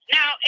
Now